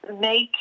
make